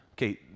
Okay